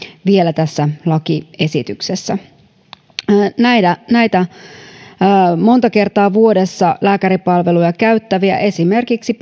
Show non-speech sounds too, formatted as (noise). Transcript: vielä tässä lakiesityksessä näiden monta kertaa vuodessa lääkäripalveluja käyttävien esimerkiksi (unintelligible)